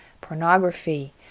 pornography